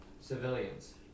Civilians